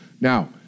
Now